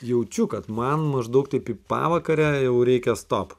jaučiu kad man maždaug taip į pavakarę jau reikia stop